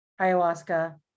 ayahuasca